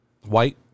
White